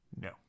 No